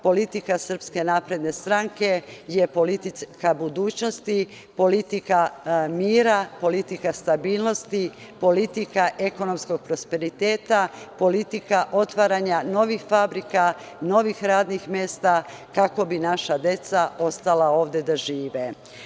Politika SNS je politika budućnosti, politika mira, politika stabilnosti, politika ekonomskog prosperiteta, politika otvaranja novih fabrika, novih radnih mesta kako bi naša deca ostala ovde da žive.